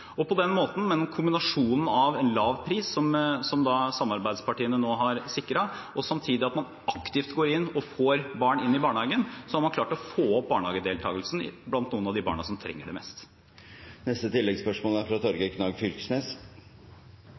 På denne måten, med kombinasjonen av lav pris – som samarbeidspartiene nå har sikret – og at man samtidig aktivt får barn inn i barnehagen, har man klart å få opp barnehagedeltakelsen blant noen av de barna som trenger det mest. Torgeir Knag Fylkesnes – til oppfølgingsspørsmål. Eg vil takke Kristeleg Folkeparti for spørsmålet og samtidig seie at eg er